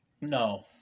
No